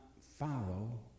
follow